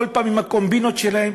כל פעם עם הקומבינות שלהם,